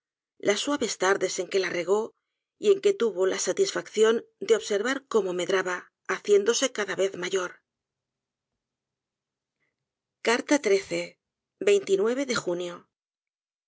las suaves tardes en que la regó y en que tuvo la satisfacción de observar cómo medraba haciéndose cada vez mayor de junio